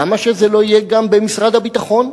למה שזה לא יהיה גם במשרד הביטחון?